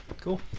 Cool